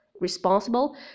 Responsible